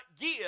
give